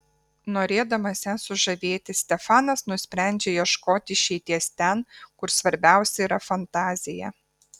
norėdamas ją sužavėti stefanas nusprendžia ieškoti išeities ten kur svarbiausia yra fantazija